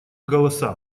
голоса